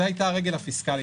זו הייתה הרגל הפיסקלית.